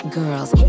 girls